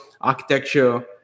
Architecture